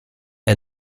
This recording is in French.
est